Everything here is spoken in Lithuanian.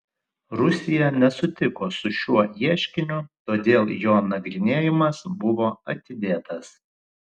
rusija nesutiko su šiuo ieškiniu todėl jo nagrinėjimas buvo atidėtas